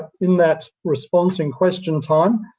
in that response in question time,